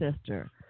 sister